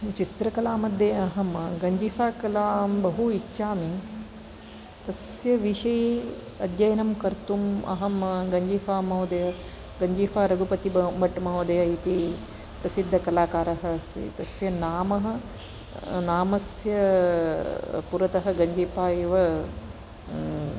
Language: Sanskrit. चित्रकला मध्ये अहं गञ्जीफा कलां बहु इच्छामि तस्य विषये अध्ययनं कर्तुम् अहं मम गञ्जीफा महोदय गञ्जीफा रघुपति भट् महोदय इति प्रसिद्धकलाकारः अस्ति तस्य नामः नामस्य पुरतः गञ्जीपा एव